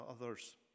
others